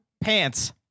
pants